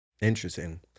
Interesting